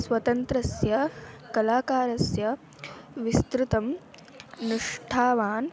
स्वतन्त्रस्य कलाकारस्य विस्तृतं निष्ठावान्